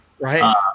Right